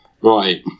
right